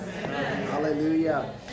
Hallelujah